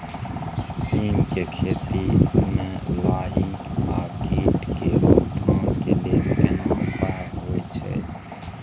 सीम के खेती म लाही आ कीट के रोक थाम के लेल केना उपाय होय छै?